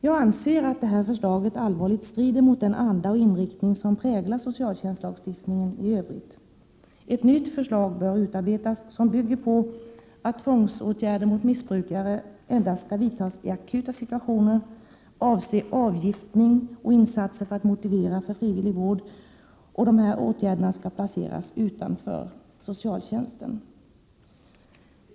Jag anser att förslaget allvarligt strider mot den anda och inriktning som präglar socialtjänstlagstiftningen i övrigt. Ett nytt förslag bör utarbetas som bygger på att tvångsåtgärder mot missbrukare skall vidtas endast i akuta situationer och avse avgiftning och insatser för att motivera för frivillig vård och att de skall placeras utanför socialtjänsten.